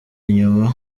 inyuma